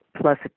plus